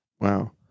Wow